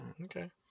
okay